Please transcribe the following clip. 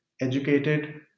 educated